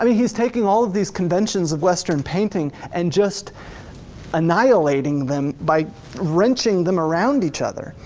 i mean he's taking all of these conventions of western painting and just annihilating them by wrenching them around each other.